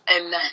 Amen